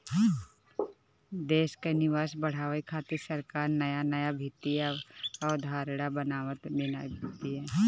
देस कअ निवेश बढ़ावे खातिर सरकार नया नया वित्तीय अवधारणा बनावत बिया